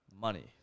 Money